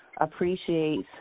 appreciates